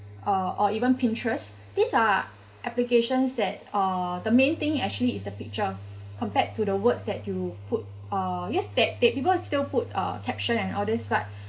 uh or even Pinterest these are applications that uh the main thing actually is the picture compared to the words that you put uh yes that that people still put uh caption and all these but